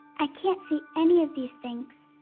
i can't see any of these things,